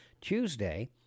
Tuesday